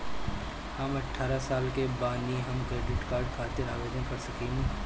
हम अठारह साल के बानी हम क्रेडिट कार्ड खातिर आवेदन कर सकीला?